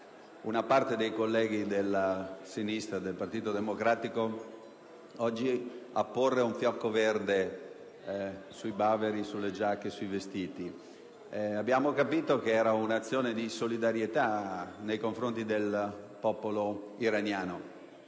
una parte dei colleghi del Partito Democratico apporre un fiocco verde sui baveri delle giacche e sui vestiti. Abbiamo capito che si tratta di un'azione di solidarietà nei confronti del popolo iraniano,